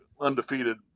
undefeated